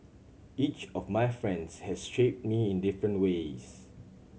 each of my friends has shaped me in different ways